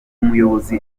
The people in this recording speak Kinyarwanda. muyobozi